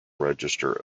register